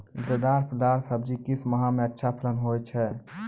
लतेदार दार सब्जी किस माह मे अच्छा फलन होय छै?